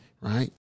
right